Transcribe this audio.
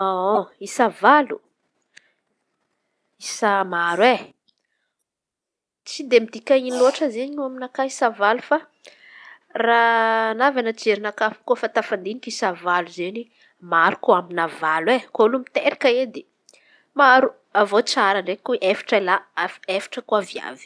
Isa valo, isa maro e! Tsy dia midika ino lôatra izen̈y aminakà isa valo fa raha navy amy jerinakà kôfa tafandin̈iky isa valo izen̈y maro ko amin̈ahy valo e! Ko olo miteraka edy maro avy eo koa tsara efatry lahy efatry viavy.